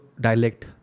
dialect